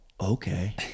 Okay